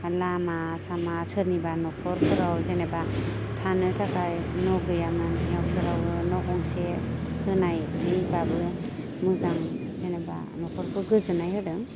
आरो लामा सामा सोरनिबा नखरफोराव जेनेबा थानो थाखाय न' गैया न' गंसे होनानैबाबो मोजां जेनेबा न'खरखौ गोजोननाय होदों